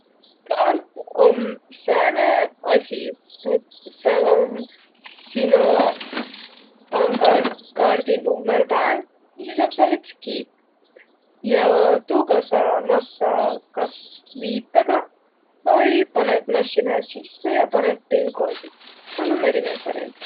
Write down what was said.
Kaart om sääne asi, et sääl om sino pangakaardi nummõr pääl ja sis om sääl üts kiip. Ja tuuga saa massaq kas viipegaq vai panõt massinahe sisse ja panõt pin-koodi. Sääl om erinevit variantõ.